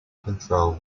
control